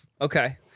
Okay